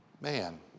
man